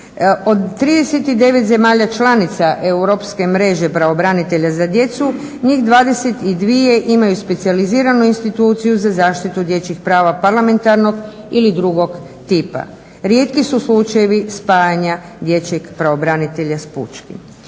od 39 zemalja članica europske mreže pravobranitelja za djecu njih 22 imaju specijaliziranu instituciju za zaštitu dječjih prava parlamentarnog ili drugog tipa. Rijetki su slučajevi spajanje dječjeg pravobranitelja s pučkim.